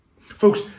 Folks